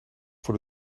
voor